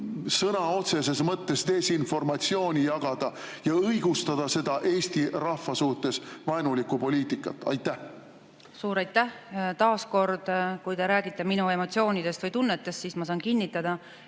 sõna otseses mõttes desinformatsiooni jagada ja õigustada seda Eesti rahva suhtes vaenulikku poliitikat? Suur aitäh! Taas kord, kui te räägite minu emotsioonidest või tunnetest, siis ma saan kinnitada,